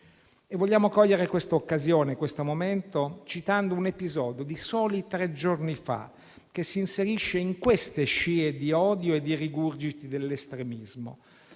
Vogliamo cogliere questa occasione e questo momento per citare un episodio di soli tre giorni fa che si inserisce in queste scie di odio e di rigurgiti dell'estremismo.